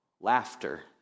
laughter